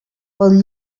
pel